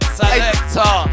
selector